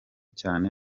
cyane